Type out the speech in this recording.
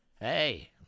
Hey